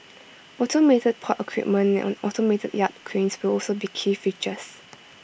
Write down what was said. automated port equipment and automated yard cranes will also be key features